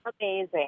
Amazing